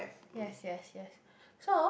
yes yes yes so